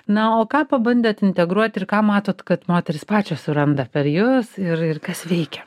na o ką pabandėt integruoti ir ką matot kad moterys pačios suranda per jus ir ir kas veikia